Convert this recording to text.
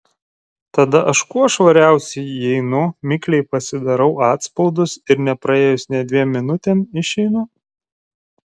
tada aš kuo švariausiai įeinu mikliai pasidarau atspaudus ir nepraėjus nė dviem minutėms išeinu